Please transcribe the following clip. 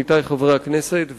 עמיתי חברי הכנסת,